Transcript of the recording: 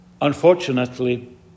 Unfortunately